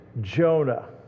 Jonah